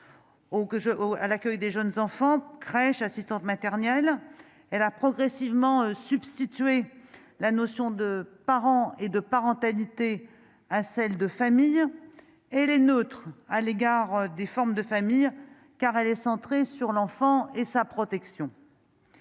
à l'accueil des jeunes enfants, crèches, assistantes maternelles et là progressivement substituer la notion de parents et de parentalité à celle de famille elle est neutre à l'égard des formes de familles car elle est centrée sur l'enfant et sa protection.